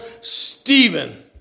Stephen